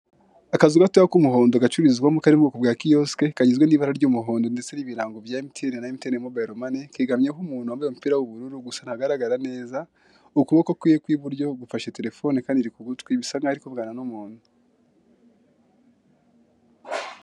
Akazu gatoya k'umuhondo gacururizwamo kari mu bwoko bwa kiyosike kagizwe n'ibara ry'umuhondo ndetse n'ibirango bya emutiyene na emutiyene mobayiro mani, kegamyeho umuntu wambaye agapira ku bururu gusa ntagaragara neza, ukuboko kwe kw'iburyo gufashe telefone kandi iri kugutwi bisa nk'aho ari kuvugana n'umuntu.